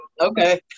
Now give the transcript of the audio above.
Okay